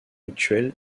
actuel